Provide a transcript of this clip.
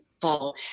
full